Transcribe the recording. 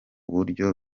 buryo